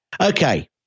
Okay